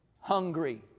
hungry